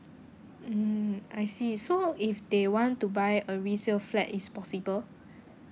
mm I see so if they want to buy a resale flat it's possible